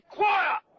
quiet